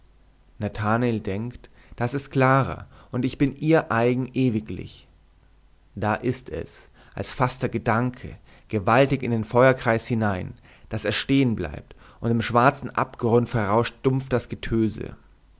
nathanael denkt das ist clara und ich bin ihr eigen ewiglich da ist es als faßt der gedanke gewaltig in den feuerkreis hinein daß er stehen bleibt und im schwarzen abgrund verrauscht dumpf das getöse